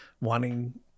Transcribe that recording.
wanting